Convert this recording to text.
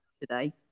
today